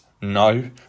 no